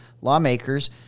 lawmakers